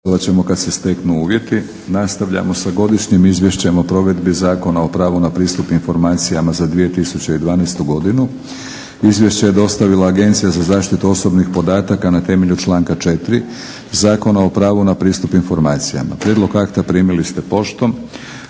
Milorad (HNS)** Nastavljamo sa - Godišnjim Izvješćem o provedbi Zakona o pravu na pristup informacijama za 2012. godinu; Izvješće je dostavila Agencija za zaštitu osobnih podataka na temelju članka 4. Zakona o pravu na pristup informacijama. Prijedlog akta primili ste poštom.